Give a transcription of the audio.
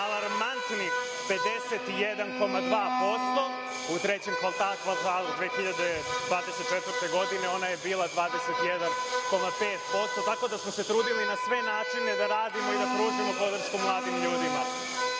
alarmantnih 51,2% u trećem kvartalu 2024. godine, i ona je bila 21,5% tako da smo se trudili na sve načine da radimo i da pružimo podršku mladim ljudima. Takođe